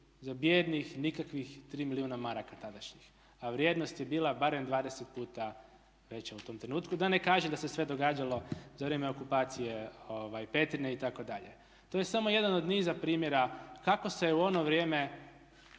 za bijednih nikakvih 3 milijuna maraka tadašnjih, a vrijednost je bila barem 20 puta veća u tom trenutku, da ne kažem da se sve događalo za vrijeme okupacije Petrinje itd. To je samo jedan od niza primjera kako se u ono vrijeme